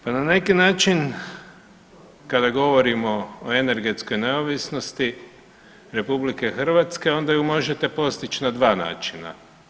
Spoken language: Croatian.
Pa na neki način kad govorimo o energetskoj neovisnosti RH onda ju možete postići na 2 načina.